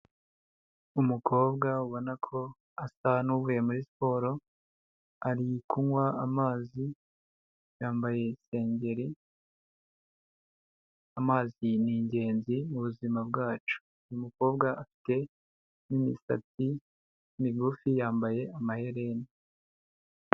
Umukobwa ubona ko asa n'uvuye muri siporo ari kunywa amazi yambaye isengeri, amazi ni ingenzi mu buzima bwacu, uyu mukobwa afite n'imisatsi migufi yambaye amaherena.